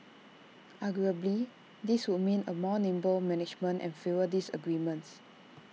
arguably this would mean A more nimble management and fewer disagreements